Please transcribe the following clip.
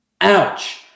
Ouch